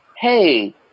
hey